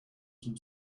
some